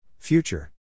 Future